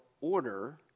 order